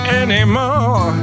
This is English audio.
anymore